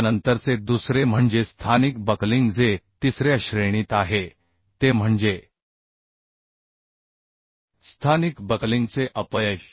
त्यानंतरचे दुसरे म्हणजे स्थानिक बकलिंग जे तिसऱ्या श्रेणीत आहे ते म्हणजे स्थानिक बकलिंगचे अपयश